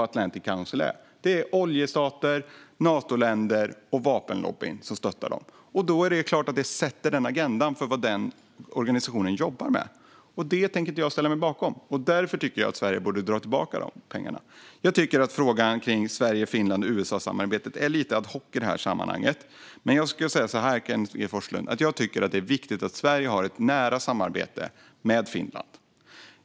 Atlantic Council stöttas av oljestater, Natoländer och vapenlobby, och det sätter självfallet agendan för vad den organisationen jobbar med. Detta tänker jag inte ställa mig bakom, och därför bör Sverige dra tillbaka dessa pengar. Frågan om samarbetet mellan Sverige, Finland och USA är lite ad hoc i detta sammanhang. Men låt mig säga så här: Jag tycker att det är viktigt att Sverige har ett nära samarbete med Finland.